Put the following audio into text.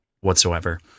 whatsoever